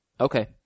Okay